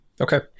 Okay